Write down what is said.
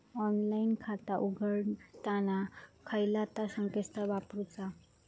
Online खाता उघडताना खयला ता संकेतस्थळ वापरूचा?